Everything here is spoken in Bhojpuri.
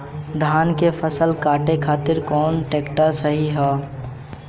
धान के फसल काटे खातिर कौन ट्रैक्टर सही ह?